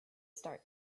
start